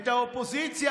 את האופוזיציה,